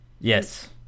Yes